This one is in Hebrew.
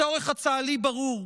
הצורך הצה"לי ברור: